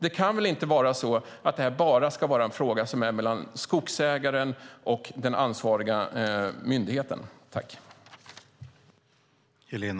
Det ska väl inte vara en fråga bara för skogsägaren och den ansvariga myndigheten?